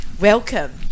Welcome